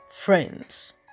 Friends